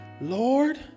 Lord